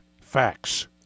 Facts